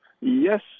Yes